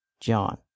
john